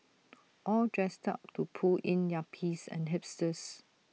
all dressed up to pull in yuppies and hipsters